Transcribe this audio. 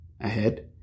ahead